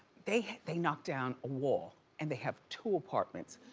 they they knocked down a wall and they have two apartments.